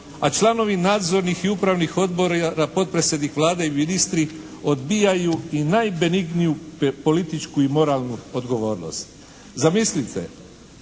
a članovi nadzornih i upravnih odbora potpredsjednik Vlade i ministri odbijaju i najbenigniju političku i moralnu odgovornost. Zamislite,